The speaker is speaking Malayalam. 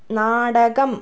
നാടകം